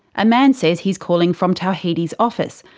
a man says he's calling from tawhidi's office,